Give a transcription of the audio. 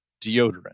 deodorant